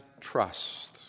trust